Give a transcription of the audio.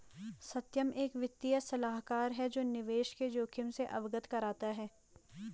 सत्यम एक वित्तीय सलाहकार है जो निवेश के जोखिम से अवगत कराता है